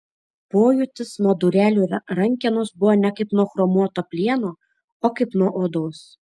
pojūtis nuo durelių rankenos buvo ne kaip nuo chromuoto plieno o kaip nuo odos